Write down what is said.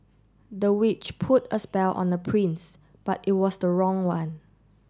the witch put a spell on the prince but it was the wrong one